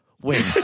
Wait